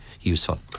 useful